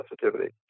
sensitivity